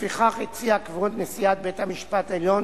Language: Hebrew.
לפיכך, הציעה כבוד נשיאת בית-המשפט העליון,